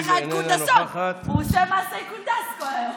יש לך את קונדסון, הוא עושה מעשי קונדס כל היום,